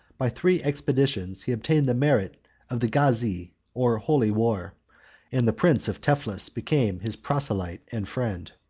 by three expeditions he obtained the merit of the gazie, or holy war and the prince of teflis became his proselyte and friend.